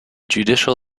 judicial